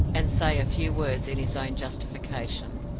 and say a few words in his own justification.